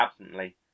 absently